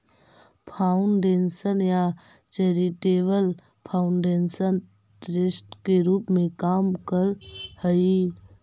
foundation या charitable foundation trust के रूप में काम करऽ हई